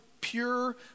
pure